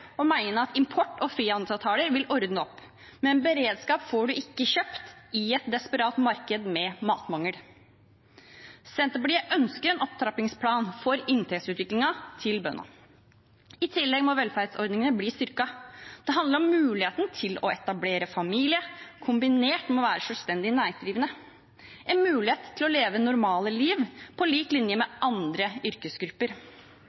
at import og frihandelsavtaler vil ordne opp, men beredskap får man ikke kjøpt i et desperat marked med matmangel. Senterpartiet ønsker en opptrappingsplan for inntektsutviklingen til bøndene. I tillegg må velferdsordningene bli styrket. Det handler om muligheten til å etablere familie kombinert med det å være selvstendig næringsdrivende, en mulighet til å leve et normalt liv på lik linje